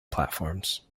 platforms